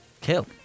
Kill